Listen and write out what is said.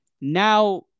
now